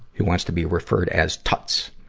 who wants to be referred as tuts.